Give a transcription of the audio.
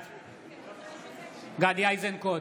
בעד גדי איזנקוט,